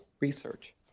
research